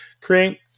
create